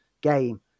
game